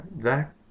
Zach